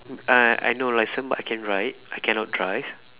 I I no licence but I can ride I cannot drive